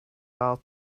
all